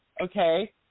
okay